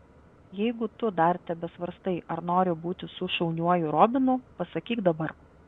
jeigu tu dar tebesvarstai ar nori būti su šauniuoju robinu pasakyk dabar